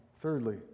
Thirdly